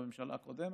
בממשלה הקודמת,